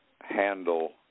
handle